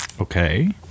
Okay